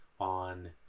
On